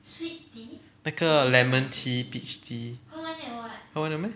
那个 lemon tea peach tea 喝完 liao meh